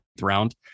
round